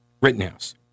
Rittenhouse